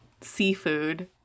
seafood